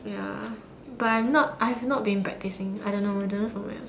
ya but I'm not I've not been practicing I don't know whether from where ah